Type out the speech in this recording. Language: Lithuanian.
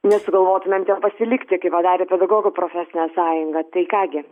nesugalvotumėm ten pasilikti kaip padarė pedagogų profesinė sąjunga tai ką gi